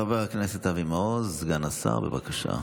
חבר הכנסת אבי מעוז, סגן השר, בבקשה.